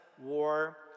war